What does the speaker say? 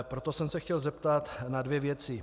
Proto jsem se chtěl zeptat na dvě věci.